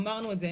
אמרנו את זה,